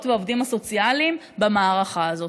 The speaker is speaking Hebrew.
ואת העובדים הסוציאליים במערכה הזאת.